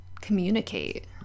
communicate